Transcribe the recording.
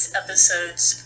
episode's